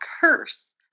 curse